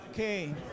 Okay